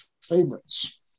favorites